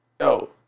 yo